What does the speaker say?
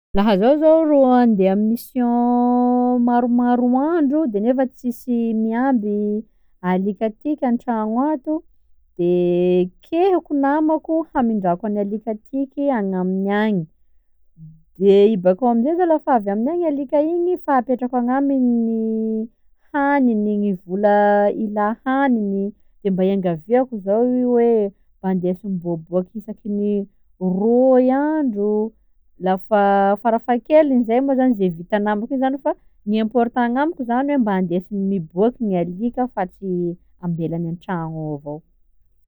Laha zaho zao ro handeha mission maromaro andro de nefa tsisy miamby alika atiky an-tragno ato, de kehiko namako hamindrako an'ny alika tiky agnaminy agny, de i bakeo amzay zany lafa avy agny aminy agny zany igny alika igny fa apetrako agnaminy gny haniny, gny vola ilà haniny, de mba iangaviako zao ihe mba ndeso miboaboaky isaky ny roy andro lafa farafahakelin'izany ro zay vitany agnamiko eo zany fa gny important agnamiko zany mba andesigny miboaky gny alika fa tsy avelany an-tragno ao avao.